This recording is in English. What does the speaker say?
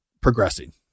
progressing